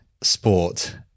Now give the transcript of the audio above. sport